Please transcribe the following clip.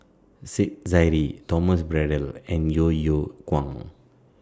Said Zahari Thomas Braddell and Yeo Yeow Kwang